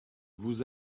vous